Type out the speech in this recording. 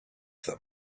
them